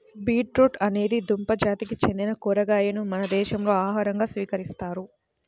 beetroot అనేది దుంప జాతికి చెందిన కూరగాయను మన దేశంలో ఆహారంగా స్వీకరిస్తారు